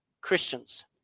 Christians